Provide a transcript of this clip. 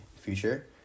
future